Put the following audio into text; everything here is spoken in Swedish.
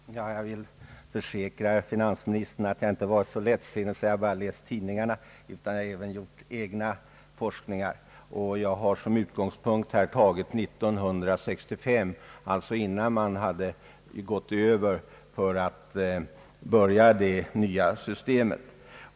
Herr talman! Jag vill försäkra herr finansministern att jag inte varit så lättsinnig att jag bara läst tidningarna; jag har även gjort egna forskningar: Jag har som utgångspunkt tagit 1965: alltså innan man övergått till det nya systemet.